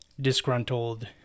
disgruntled